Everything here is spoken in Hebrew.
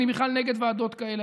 תראו, אני בכלל נגד ועדות כאלה.